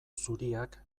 zuriak